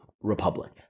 republic